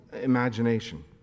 imagination